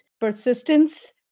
persistence